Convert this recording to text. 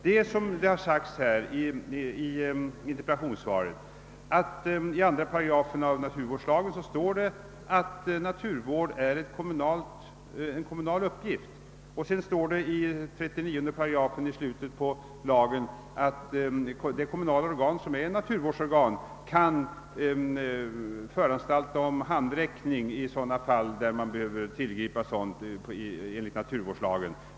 Såsom framhållits i interpellationssvaret sägs i 2 § naturvårdslagen att naturvård är en kommunal uppgift. I 39 § i slutet av denna lag sägs att det kommunala organ som är naturvårdsorgan kan föranstalta om handräckning i sådana fall där man behöver tillgripa sådan enligt naturvårdslagen.